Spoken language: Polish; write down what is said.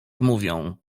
mówią